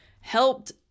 helped